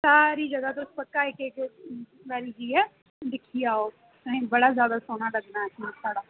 तुस पक्का सारी जगह् तुस इक्क इक्क बारी जाइयै दिक्खी आओ तुसें गी बड़ा ज्यादा सोह्ना लग्गना ऐ